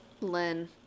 Lynn